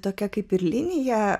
tokia kaip ir linija